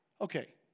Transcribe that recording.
Okay